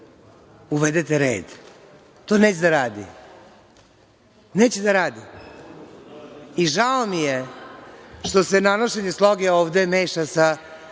uvedete red,, to neće da radi, neće da radi. I žao mi je što se nanošenje sloge ovde meša sa